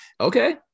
Okay